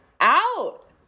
out